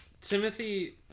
Timothy